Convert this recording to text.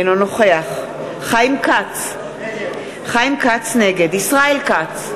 אינו נוכח חיים כץ, נגד ישראל כץ,